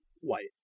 white